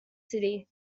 city